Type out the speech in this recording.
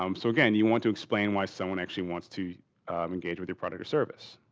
um so again, you want to explain why someone actually wants to engage with your product or service.